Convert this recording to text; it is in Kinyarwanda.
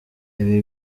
ibi